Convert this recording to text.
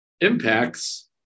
impacts